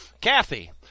Kathy